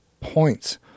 points